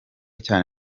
cyane